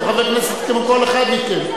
הוא חבר כנסת כמו כל אחד מכם.